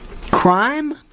Crime